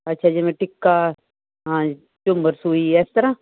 ਅੱਛਾ ਜਿਵੇਂ ਟਿੱਕਾ ਝੁੰਮਰ ਸੂਈ ਇਸ ਤਰਾਂ